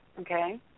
Okay